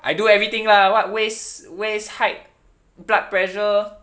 I do everything lah what waist waist height blood pressure